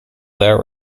that